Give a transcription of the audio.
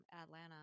Atlanta